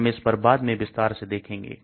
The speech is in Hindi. हम इस पर बाद में विस्तार से देखेंगे